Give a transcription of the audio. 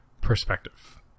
perspective